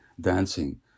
dancing